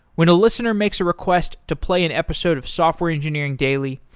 when a listener makes a request to play an episode of software engineering daily,